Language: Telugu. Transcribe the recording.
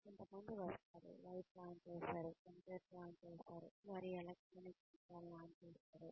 కొంతమంది వస్తారు లైట్లు ఆన్ చేస్తారు కంప్యూటర్ ఆన్ చేస్తారు వారి ఎలక్ట్రానిక్ పరికరాలను ఆన్ చేస్తారు